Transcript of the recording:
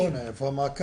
נכון, איפה המעקב?